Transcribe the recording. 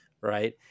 right